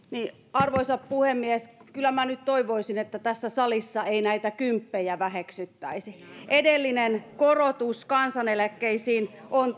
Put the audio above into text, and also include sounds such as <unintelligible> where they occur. arvoisa puhemies kyllä minä nyt toivoisin että tässä salissa ei näitä kymppejä väheksyttäisi edellinen korotus kansaneläkkeisiin on <unintelligible>